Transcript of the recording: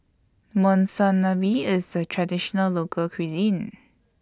Monsunabe IS A Traditional Local Cuisine